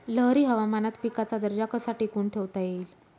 लहरी हवामानात पिकाचा दर्जा कसा टिकवून ठेवता येईल?